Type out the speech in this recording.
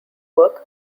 work